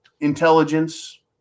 intelligence